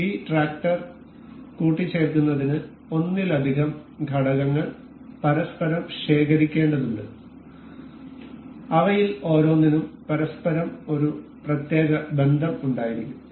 ഈ ട്രാക്ടർ കൂട്ടിച്ചേർക്കുന്നതിന് ഒന്നിലധികം ഘടകങ്ങൾ പരസ്പരം ശേഖരിക്കേണ്ടതുണ്ട് അവയിൽ ഓരോന്നിനും പരസ്പരം ഒരു പ്രത്യേക ബന്ധം ഉണ്ടായിരിക്കും